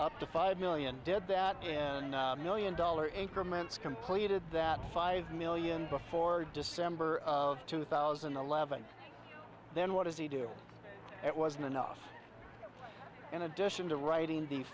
up to five million did that in million dollar increments completed that five million before december of two thousand and eleven then what does he do it wasn't enough in addition to writing the